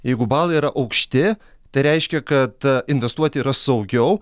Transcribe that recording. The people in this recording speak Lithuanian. jeigu balai yra aukšti tai reiškia kad investuoti yra saugiau